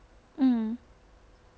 mm